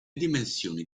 dimensioni